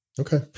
Okay